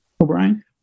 O'Brien